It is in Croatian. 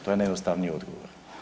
To je najjednostavniji odgovor.